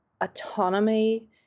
autonomy